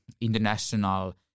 international